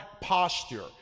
posture